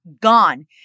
gone